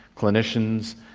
clinicians,